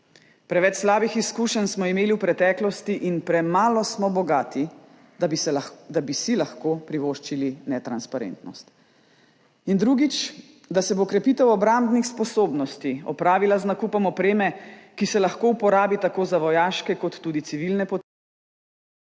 Preveč slabih izkušenj smo imeli v preteklosti in premalo smo bogati, da bi si lahko privoščili netransparentnost. In drugič, da se bo krepitev obrambnih sposobnosti opravila z nakupom opreme, ki se lahko uporabi tako za vojaške kot tudi civilne potrebe,